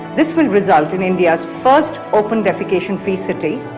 this will result in india's first open defecation-free city,